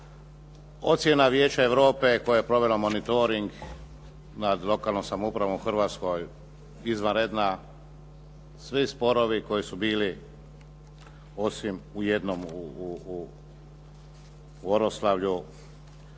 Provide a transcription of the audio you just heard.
Ocjena Vijeća Europe koje je provelo monitoring nad lokalnom samoupravom u Hrvatskoj izvanredna, svi sporovi koji su bili osim u jednom u Oroslavju